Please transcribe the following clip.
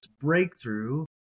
breakthrough